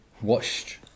watched